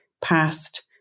past